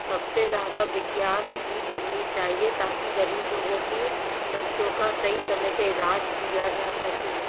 सबसे ज़्यादा विज्ञान ही चुननी चाहिए ताकि गरीब लोगों की बच्चों का सही समय पे इलाज किया जा सके